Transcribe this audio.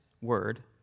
word